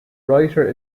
writer